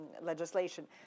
legislation